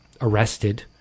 arrested